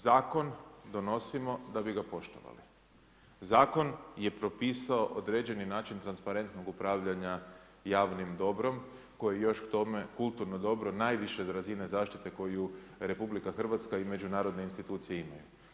Zakon donosimo da bi ga poštovali, zakon je propisao određeni način transparentnog upravljanja javnim dobrom, koji je još k tome kulturno dobro, najviše razine zaštite koju RH i međunarodne institucije imaju.